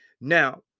Now